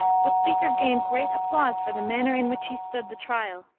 the speaker gained great applause for the manner in which he stood the trial.